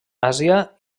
àsia